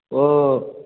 ओ